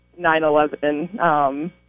9-11